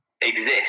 exist